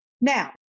Now